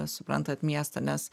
suprantant miestą nes